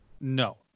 No